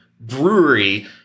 brewery